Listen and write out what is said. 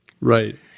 Right